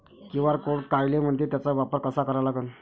QR code कायले म्हनते, त्याचा वापर कसा करा लागन?